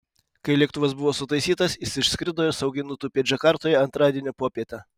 kai lėktuvas buvo sutaisytas jis išskrido ir saugiai nutūpė džakartoje antradienio popietę